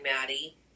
maddie